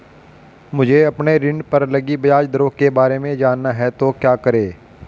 मुझे अपने ऋण पर लगी ब्याज दरों के बारे में जानना है तो क्या करें?